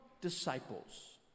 disciples